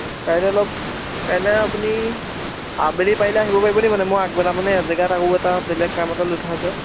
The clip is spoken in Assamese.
কাইলৈ অলপ কাইলৈ আপুনি আবেলি পাৰিলে আহিব পাৰিব নেকি মানে মই আগবেলা মানে এজেগাত আৰু এটা বেলেগ কাম এটা লৈ থোৱা আছে